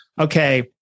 okay